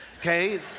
Okay